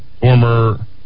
former